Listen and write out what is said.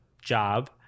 job